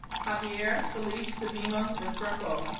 javier felipe tabima restrepo